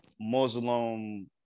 Muslim